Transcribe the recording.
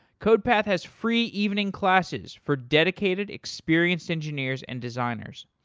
codepath has free evening classes for dedicated experienced engineers and designers.